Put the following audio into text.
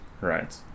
right